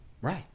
Right